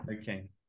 okay